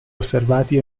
osservati